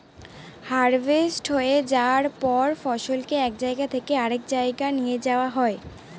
harvest হয়ে যায়ার পর ফসলকে এক জায়গা থেকে আরেক জাগায় নিয়ে যাওয়া হয়